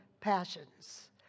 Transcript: passions